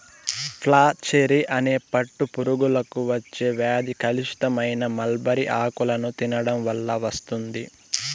flacherie అనే పట్టు పురుగులకు వచ్చే వ్యాధి కలుషితమైన మల్బరీ ఆకులను తినడం వల్ల వస్తుంది